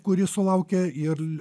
kuri sulaukia ir